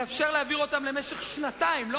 עד עכשיו אלה